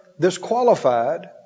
Disqualified